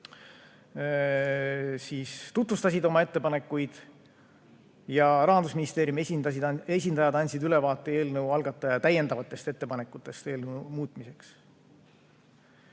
tutvustasid oma ettepanekuid. Rahandusministeeriumi esindajad andsid ülevaate eelnõu algataja täiendavatest ettepanekutest eelnõu muutmiseks. Nii.